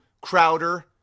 Crowder